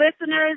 listeners